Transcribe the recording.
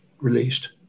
released